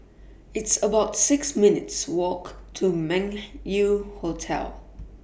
It's about six minutes' Walk to Meng Yew Hotel